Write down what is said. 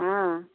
हँ